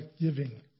giving